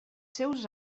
seus